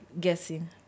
guessing